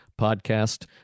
Podcast